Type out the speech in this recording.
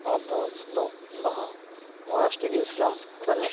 খাবার দাবার ছিল বা মহারাষ্ট্রে গিয়েছিলাম সেখানে